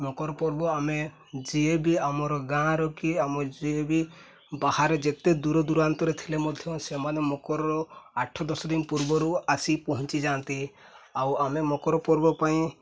ମକର ପର୍ବ ଆମେ ଯିଏ ବି ଆମର ଗାଁର କି ଆମ ଯିଏ ବି ବାହାରେ ଯେତେ ଦୂର ଦୂରାନ୍ତରେ ଥିଲେ ମଧ୍ୟ ସେମାନେ ମକର ଆଠ ଦଶଦିନ ପୂର୍ବରୁ ଆସି ପହଞ୍ଚିଯାଆନ୍ତି ଆଉ ଆମେ ମକର ପର୍ବ ପାଇଁ